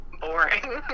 boring